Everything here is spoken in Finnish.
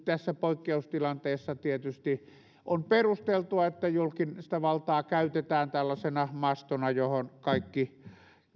tässä poikkeustilanteessa tietysti on perusteltua että julkista valtaa käytetään tällaisena mastona johon kaikki